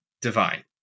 divine